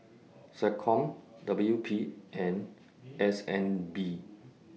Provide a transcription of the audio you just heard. Seccom W P and S N B